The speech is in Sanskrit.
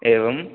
एवम्